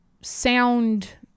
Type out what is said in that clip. sound